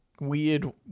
weird